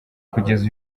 kugeza